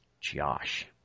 Josh